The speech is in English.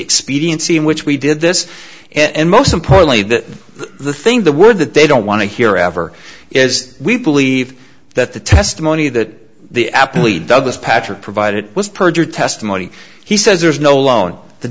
expediency in which we did this and most importantly that the thing the word that they don't want to hear ever is we believe that the testimony that the aptly douglas patrick provided was perjured testimony he says there's no loan t